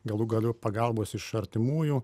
galų gale pagalbos iš artimųjų